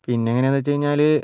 പിന്നെ എങ്ങനെയാണെന്നു വച്ചു കഴിഞ്ഞാൽ